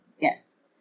yes